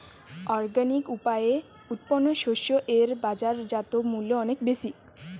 organic উপায়ে উৎপন্ন শস্য এর বাজারজাত মূল্য অনেক বেশি